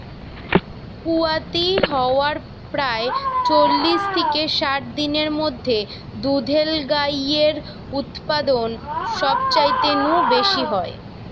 পুয়াতি হয়ার প্রায় চল্লিশ থিকে ষাট দিনের মধ্যে দুধেল গাইয়ের উতপাদন সবচাইতে নু বেশি হয়